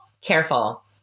Careful